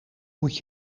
moet